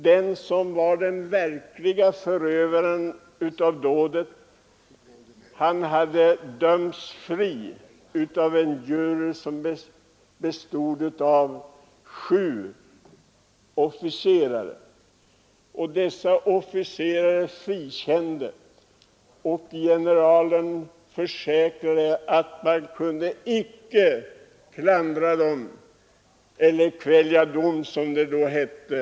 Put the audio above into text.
Den verkliga förövaren av dådet frikändes av en jury bestående av sju officerare. Krigsministern som också var general, uttalade att domslutet icke fick klandras — det skulle betraktas som att kvälja dom.